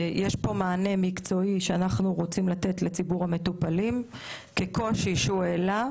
יש פה מענה מקצועי שאנחנו רוצים לתת לציבור המטופלים כקושי שהוא העלה,